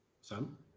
Sam